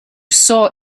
saw